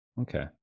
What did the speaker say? Okay